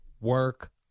work